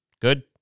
good